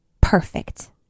perfect